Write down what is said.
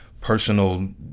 personal